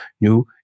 new